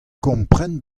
kompren